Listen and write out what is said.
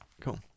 Cool